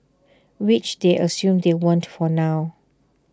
which they assume they won't for now